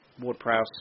Ward-Prowse